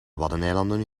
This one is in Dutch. waddeneilanden